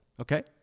okay